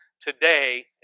today